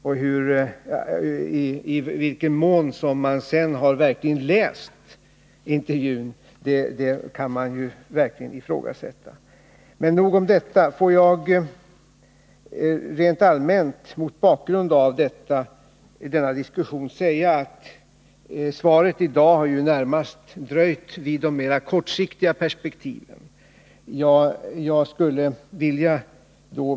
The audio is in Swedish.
Och man kan också fråga sig om intervjun verkligen har blivit läst. Men nog nu om detta. I mitt svar i dag har jag närmast dröjt vid de mera kortsiktiga perspektiven.